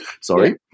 sorry